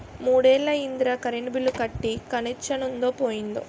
మూడ్నెల్లయ్యిందిరా current bill కట్టీ కనెచ్చనుందో పోయిందో